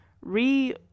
Re